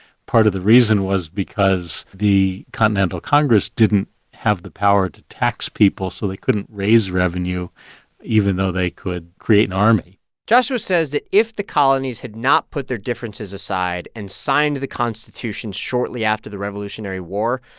part of the reason was because the continental congress didn't have the power to tax people, so they couldn't raise revenue even though they could create an army joshua says that if the colonies had not put their differences aside and signed the constitution shortly after the revolutionary war,